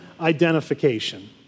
identification